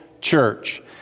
church